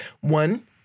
One